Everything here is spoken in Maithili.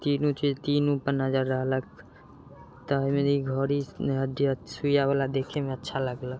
तीनू चीज तीनूपर नजर रहलक तऽ एहिमे घड़ी सुइआवला देखैमे अच्छा लागलक